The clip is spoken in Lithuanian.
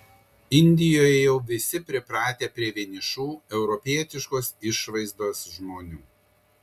indijoje jau visi pripratę prie vienišų europietiškos išvaizdos žmonių